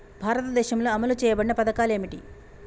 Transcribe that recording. భారతదేశంలో అమలు చేయబడిన పథకాలు ఏమిటి?